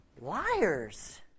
liars